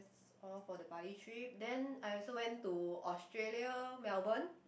it's all for the bali trip then I also went to Australia Melbourne